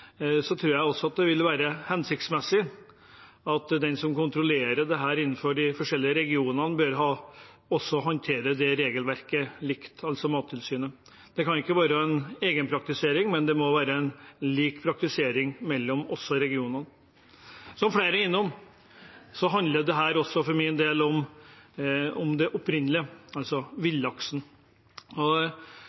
så mye rundt omkring: Jeg tror det vil være hensiktsmessig at den som kontrollerer dette innenfor de forskjellige regionene, altså Mattilsynet, bør håndtere dette regelverket likt. Alle kan ikke ha en egen praktisering, det må være lik praktisering, også mellom regionene. Som flere har vært innom, handler dette for min del om det opprinnelige, villaksen.